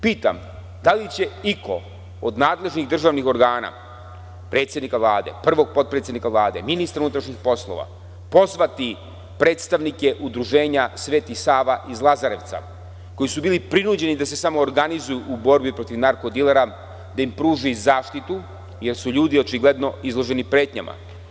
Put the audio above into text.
Pitam – da li će iko od nadležnih državnih organa, predsednika Vlade, prvog potpredsednika Vlade, ministra unutrašnjih poslova pozvati predstavnike Udruženja „Sveti Sava“ iz Lazarevca koji su bili prinuđeni da se samoorganizuju u borbi protiv narkodilera, da im pruži zaštitu jer su ljudi očigledno izloženi pretnjama?